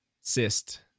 Cyst